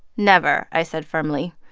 never, i said firmly.